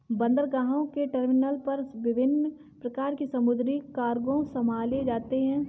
बंदरगाहों के टर्मिनल पर विभिन्न प्रकार के समुद्री कार्गो संभाले जाते हैं